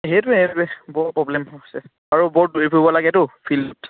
সেইটোৱে সেইটোৱে বৰ প্ৰব্লেম হৈছে আৰু বৰ দৌৰি ফুৰিব লাগেতো ফিল্ডত